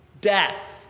death